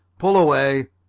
pull away,